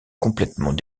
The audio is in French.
complètement